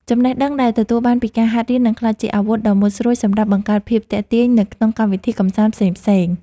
ចំណេះដឹងដែលទទួលបានពីការហាត់រៀននឹងក្លាយជាអាវុធដ៏មុតស្រួចសម្រាប់បង្កើតភាពទាក់ទាញនៅក្នុងកម្មវិធីកម្សាន្តផ្សេងៗ។